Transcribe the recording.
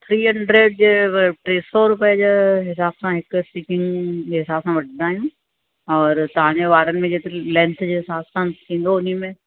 three hundred जे ॿ टे सौ रुपए जे हिसाब सां हिकु सिटिंग जे हिसाब सां वठंदा आहियूं और तव्हांजे वारनि में जेतिरी लैंथ जे हिसाब सां थींदो उन्ही में